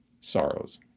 sorrows